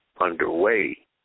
underway